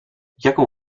jaką